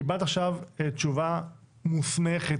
קיבלת עכשיו תשובה מוסמכת,